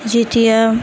যেতিয়া